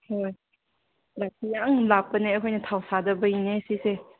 ꯍꯣꯏ ꯌꯥꯝ ꯂꯥꯞꯄꯅꯦ ꯑꯩꯈꯣꯏꯅ ꯊꯧꯁꯥꯗꯕꯒꯤꯅꯦ ꯁꯤꯁꯦ